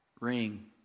ring